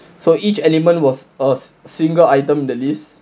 so each element was a single item on the list